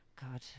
God